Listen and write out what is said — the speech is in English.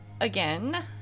Again